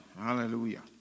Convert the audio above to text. Hallelujah